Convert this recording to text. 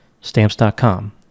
Stamps.com